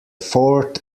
fourth